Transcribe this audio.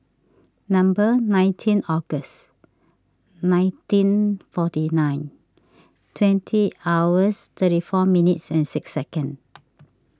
number nineteen August nineteen forty nine twenty hours thirty four minutes and six seconds